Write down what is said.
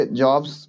jobs